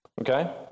okay